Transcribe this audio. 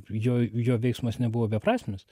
jo jo veiksmas nebuvo beprasmis